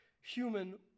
human